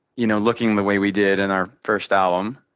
you know, looking the way we did in our first album,